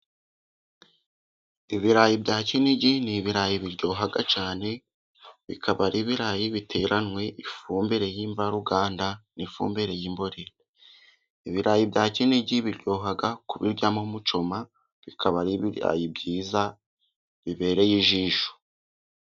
Ibirayi bya kinigi ni ibirayi biryoha cyane. Bikaba ari ibirayi biteranwe ifumbire y'imvaruganda, n'ifumbire y'imborera. Ibirayi bya kinigi biryoha kubiryamo mucoma bikaba ari ibirayi byiza bibereye ijisho.